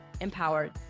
Empowered